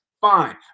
Fine